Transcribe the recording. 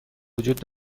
وجود